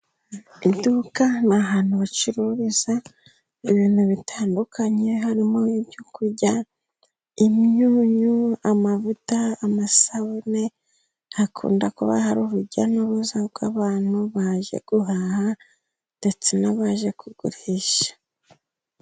Iduka n'ahantu bacururiza ibintu bitandukanye, harimo ibyo kurya imyunyu, amavuta, amasabune, hakunda kuba hari urujya n'uruza rw'abantu baje guhaha ndetse n'abaje kugurisha.